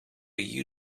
you